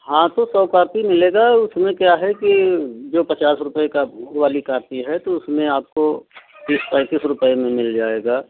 हाँ तो सौ कोपी मिलेगी उसमें क्या है कि जो पचास रुपये का वाली कोपी है तो उसमें आपको तीस पैंतीस रुपये में मिल जाएगा